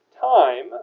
time